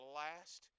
last